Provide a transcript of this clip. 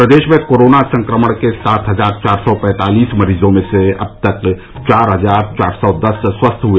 प्रदेश में कोरोना संक्रमण के सात हजार चार सौ पैंतालीस मरीजों में से अब तक चार हजार चार सौ दस स्वस्थ हुए